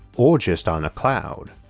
or just on a cloud.